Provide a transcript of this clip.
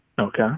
Okay